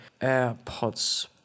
AirPods